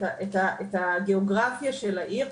את הגיאוגרפיה של העיר,